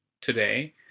today